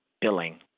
billing